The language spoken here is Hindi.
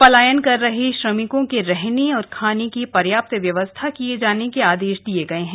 पलायन कर रहे श्रमिकों के रहने और खाने की पर्याप्त व्यवस्था किये जाने के आदेश दिये गए हैं